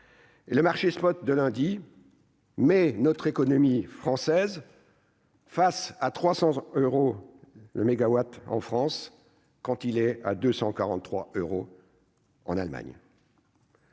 Le marché spot de lundi mais notre économie française. Face à 300 euros le mégawatts en France quand il est à 243 euros en Allemagne.